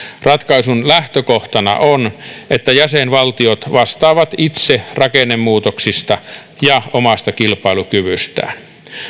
ratkaisun lähtökohtana on että jäsenvaltiot vastaavat itse rakennemuutoksista ja omasta kilpailukyvystään